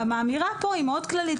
האמירה פה היא מאוד כללית.